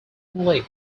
leak